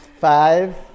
Five